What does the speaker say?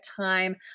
time